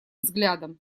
взглядом